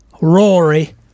Rory